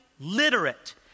literate